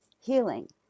healing